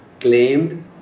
claimed